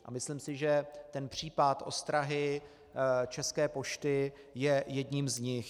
A myslím si, že ten případ ostrahy České pošty je jedním z nich.